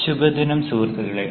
ശുഭദിനം സുഹൃത്തുക്കളെ